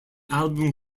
album